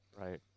Right